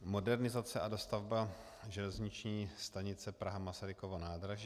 Modernizace a dostavba železniční stanice Praha Masarykovo nádraží.